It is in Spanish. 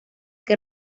que